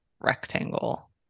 rectangle